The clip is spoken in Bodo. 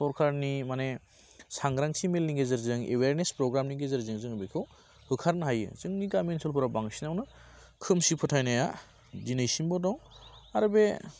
सरकारनि माने सांग्रांथि मेलनि गेजेरजों एवारनेस प्र'ग्रामनि गेजेरजों जोङो बेखौ होखारनो हायो जोंनि गामि ओनसोलफोराव बांसिनावनो खोमसि फोथायनाया दिनैसिमबो दं आरो बे